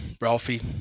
Ralphie